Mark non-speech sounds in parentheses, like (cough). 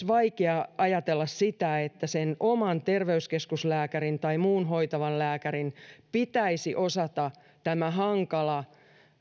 (unintelligible) vaikea ajatella myös sitä että sen oman terveyskeskuslääkärin tai muun hoitavan lääkärin pitäisi osata tämä hankala